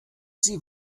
sie